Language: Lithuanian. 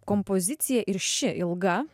kompozicija ir ši ilga